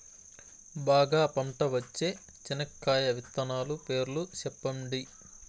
బాగా పంట వచ్చే చెనక్కాయ విత్తనాలు పేర్లు సెప్పండి?